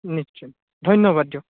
নিশ্চয় ধন্যবাদ দিয়ক